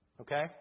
Okay